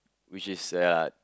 which is ya